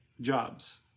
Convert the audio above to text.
jobs